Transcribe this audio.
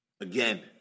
Again